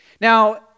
Now